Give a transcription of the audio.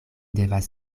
devas